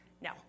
No